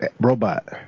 robot